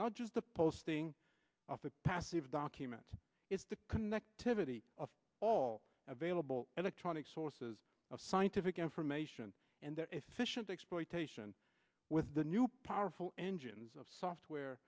not just the posting of the passive document it's the connectivity of all available electronic sources of scientific information and that efficient exploitation with the new powerful engines of software